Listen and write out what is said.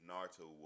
Naruto